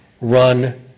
run